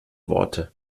worte